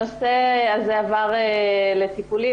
הנושא הזה עבר לטיפולי,